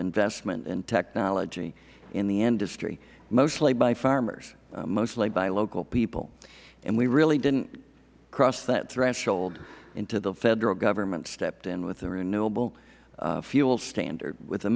investment in technology in the industry mostly by farmers mostly by local people and we really didn't cross that threshold until the federal government stepped in with a renewable fuel standard with a